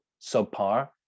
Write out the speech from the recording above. subpar